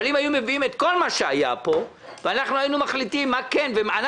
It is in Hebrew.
אבל אם היו מביאים את כל מה שהיה פה ואנחנו היינו מחליטים מה כן ומה לא,